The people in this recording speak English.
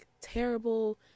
terrible